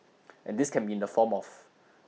and this can be in the form of